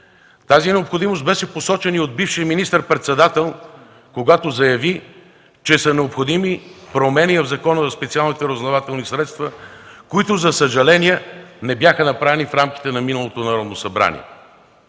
Тази необходимост беше посочена и от бившия министър-председател, когато заяви, че са необходими промени в Закона за специалните разузнавателни средства, които, за съжаление, не бяха направени в рамките на миналото Народно събрание.